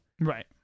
Right